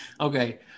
Okay